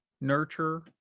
nurture